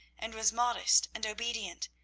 and was modest and obedient,